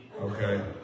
okay